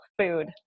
food